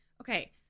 okay